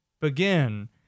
begin